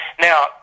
Now